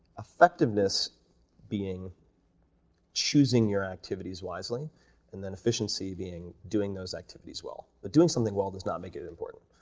effectiveness being choosing your activities wisely and then efficiency being doing those activities well, but doing something well does not make it important,